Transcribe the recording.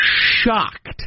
shocked